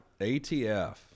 ATF